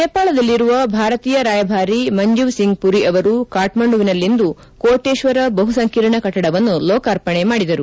ನೇಪಾಳದಲ್ಲಿರುವ ಭಾರತೀಯ ಕಾಯಭಾರಿ ಮಂಜೇವ್ ಸಿಂಗ್ ಪುರಿ ಅವರು ಕಾಕ್ಸಂಡುವಿನಲ್ಲಿಂದು ಕೋಟೇಪ್ತರ ಬಹುಸಂಕೀರ್ಣ ಕಟ್ಟಡವನ್ನು ಲೋಕಾರ್ಪಣೆ ಮಾಡಿದರು